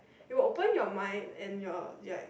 you will open your mind and your like